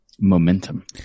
momentum